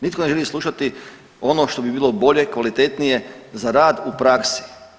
Nitko ne želi slušati ono što bi bilo bolje, kvalitetnije za rad u praksi.